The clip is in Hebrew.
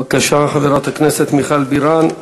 בבקשה, חברת הכנסת מיכל בירן.